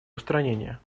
устранения